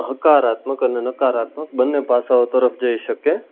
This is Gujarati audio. હકારાત્મક અને નકારાત્મક બંને પાસાઓ તરફ જઈ શકે